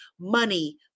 money